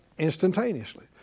instantaneously